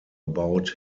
about